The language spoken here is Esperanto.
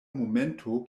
momento